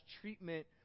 treatment